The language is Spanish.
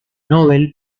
novel